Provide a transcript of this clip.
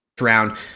round